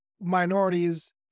minorities